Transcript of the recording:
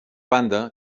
banda